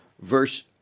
verse